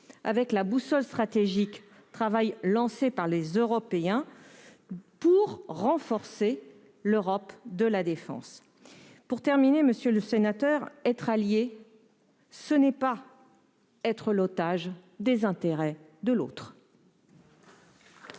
avec la « Boussole stratégique », ce travail lancé par les Européens pour renforcer l'Europe de la défense. Pour terminer, monsieur le sénateur, je dirai qu'être allié ce n'est pas être l'otage des intérêts de l'autre.